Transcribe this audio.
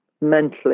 mentally